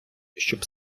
щоб